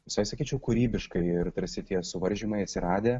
visai sakyčiau kūrybiškai ir tarsi tie suvaržymai atsiradę